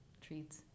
treats